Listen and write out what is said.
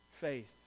faith